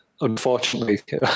Unfortunately